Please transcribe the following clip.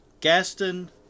Gaston